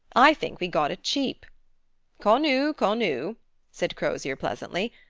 i think we got it cheap connu, connu said crozier pleasantly.